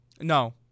No